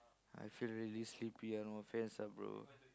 I feel really sleepy ah no offense ah bro